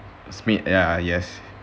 ya yes